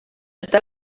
eta